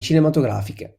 cinematografiche